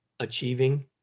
Achieving